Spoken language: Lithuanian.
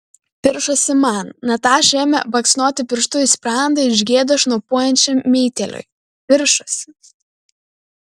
piršosi man nataša ėmė baksnoti pirštu į sprandą iš gėdos šnopuojančiam meitėliui piršosi